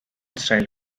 style